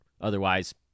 Otherwise